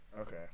Okay